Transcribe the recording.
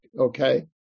Okay